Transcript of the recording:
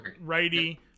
righty